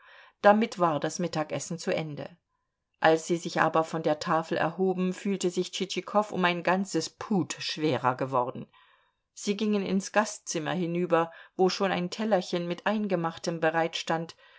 damit war das mittagessen zu ende als sie sich aber von der tafel erhoben fühlte sich tschitschikow um ein ganzes pud schwerer geworden sie gingen ins gastzimmer hinüber wo schon ein tellerchen mit eingemachtem